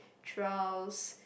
trials